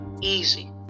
easy